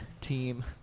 team